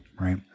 right